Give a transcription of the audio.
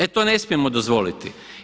E to ne smijemo dozvoliti.